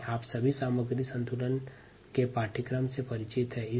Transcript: आप सभी material balance या सामग्री संतुलन के पाठ्यक्रम से परिचित हैं